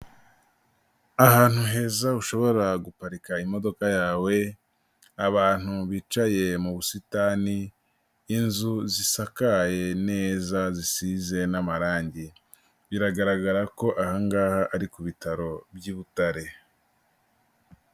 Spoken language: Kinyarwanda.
Ahantu heza ushobora guparika imodoka yawe, abantu bicaye mu busitani, inzu zisakaye neza, zisize n'amarangi. Biragaragara ko aha ngaha ari ku bitaro by'i Butare.